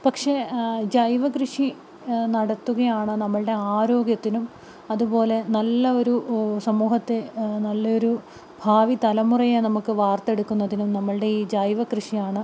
പക്ഷേ ജൈവ കൃഷി നടത്തുകയാണ് നമ്മളുടെ ആരോഗ്യത്തിനും അതുപോലെ നല്ല ഒരു സമൂഹത്തെ നല്ലൊരു ഭാവി തലമുറയെ നമുക്ക് വാർത്തെടുക്കുന്നതിനും നമ്മളുടെ ഈ ജൈവ കൃഷിയാണ്